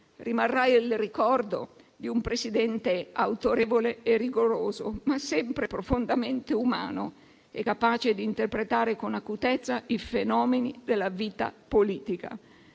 Rimarrà il ricordo di un Presidente autorevole e rigoroso, ma sempre profondamente umano e capace di interpretare con acutezza i fenomeni della vita politica.